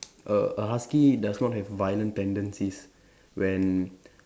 a a husky does not have violent tendencies when